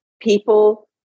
people